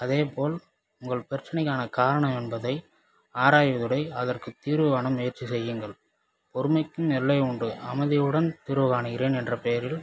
அதேபோல் உங்கள் பிரச்சினைக்கான காரணம் என்பதை ஆராய்வதை விட அதற்க்கு தீர்வுக்கான முயற்சி செய்யுங்கள் பொறுமைக்கும் எல்லை உண்டு அமைதியுடன் தீர்வுக்காணுவேன் என்ற பெயரில்